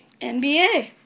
NBA